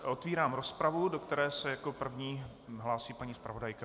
Otevírám rozpravu, do které se jako první hlásí paní zpravodajka.